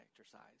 exercise